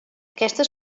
aquestes